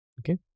Okay